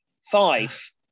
Five